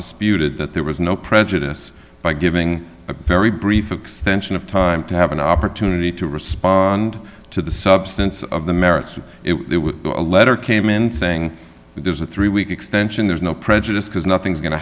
disputed that there was no prejudice by giving a very brief extension of time to have an opportunity to respond to the substance of the merits or it was a letter came in saying there's a three week extension there's no prejudice because nothing's going to